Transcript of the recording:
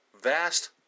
vast